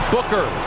Booker